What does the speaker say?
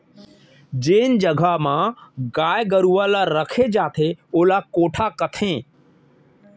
जेन जघा म गाय गरूवा ल रखे जाथे ओला कोठा कथें